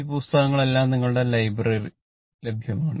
ഈ പുസ്തകങ്ങളെല്ലാം നിങ്ങളുടെ ലൈബ്രറിയിൽ ലഭ്യമാണ്